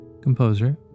composer